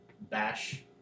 bash